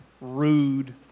rude